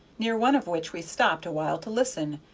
near one of which we stopped awhile to listen,